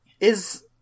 Is-